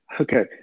Okay